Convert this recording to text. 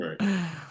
Right